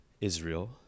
Israel